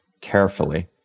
carefully